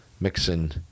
mixing